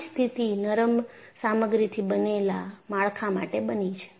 આવી જ સ્થિતિ નરમ સામગ્રીથી બનેલાં માળખા માટે બની છે